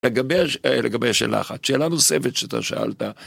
לגבי השאלה האחת, שאלה נוספת שאתה שאלת.